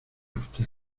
usted